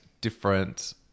different